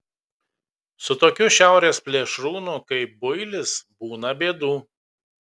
su tokiu šiaurės plėšrūnu kaip builis būna bėdų